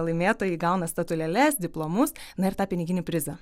laimėtojai gauna statulėles diplomus na ir tą piniginį prizą